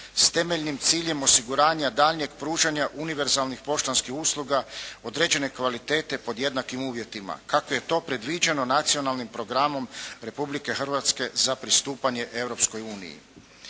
S temeljnim ciljem osiguranja daljnjeg pružanja univerzalnih poštanskih usluga određene kvalitete pod jednakim uvjetima, kako je to predviđeno Nacionalnim programom Republike Hrvatske za pristupanje